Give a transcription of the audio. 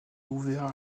ouvert